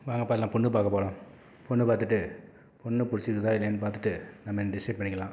வாங்கப்பா எல்லாம் பொண்ணு பார்க்க போகலாம் பொண்ணு பார்த்துட்டு பொண்ணு பிடிச்சிருக்குதா இல்லையானு பார்த்துட்டு நம்ம டிசைட் பண்ணிக்கலாம்